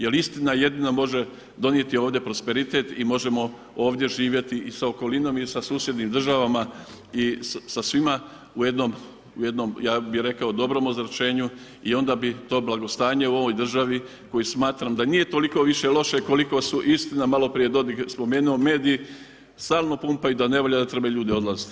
Jer istina jedina može donijeti ovdje prosperitet i možemo ovdje živjeti i sa okolinom i sa susjednim državama i sa svima u jedno, u jednom ja bih rekao dobrom ozračenju i onda bi to blagostanje u ovoj državi koju smatram da nije toliko više loše koliko su istina malo prije je Dodig spomenuo mediji, stalno pumpaju da ne valja, da trebaju ljudi odlaziti.